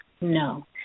No